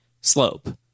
slope